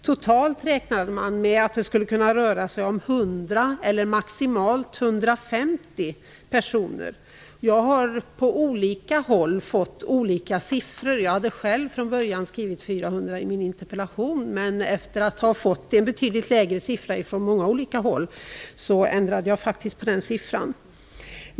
Man räknade med att det totalt skulle kunna röra sig om 100 eller maximalt 150 personer. Jag har på olika håll fått olika siffror. Jag hade själv från början skrivit 400 i min interpellation, men efter att ha fått en betydligt lägre siffra från många olika håll ändrade jag på den siffran.